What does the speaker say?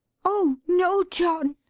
oh no, john,